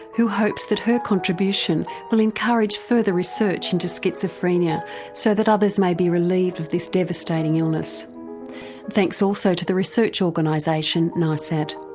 who hopes that her contribution will encourage further research into schizophrenia so that others may be relieved of this devastating illness. and thanks also to the research organisation nisad.